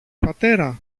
πατέρα